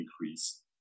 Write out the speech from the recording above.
increase